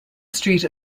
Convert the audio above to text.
street